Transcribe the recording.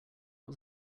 was